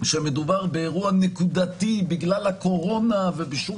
שמדובר באירוע נקודתי בגלל הקורונה ובשום